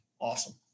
awesome